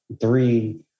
three